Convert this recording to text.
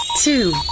two